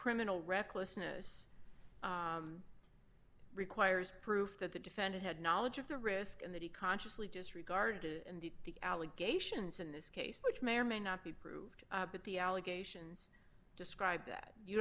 criminal recklessness requires proof that the defendant had knowledge of the risk and that he consciously disregarded the allegations in this case which may or may not be proved but the allegations describe that you